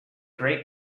great